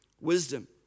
wisdom